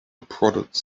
prodded